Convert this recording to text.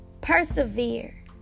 Persevere